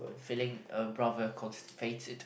feeling uh rather constipated